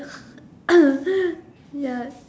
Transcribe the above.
ya